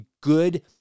good